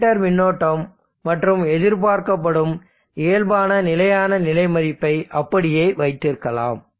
inductor மின்னோட்டம் மற்றும் எதிர்பார்க்கப்படும் இயல்பான நிலையான நிலை மதிப்பை அப்படியே வைத்திருக்கலாம்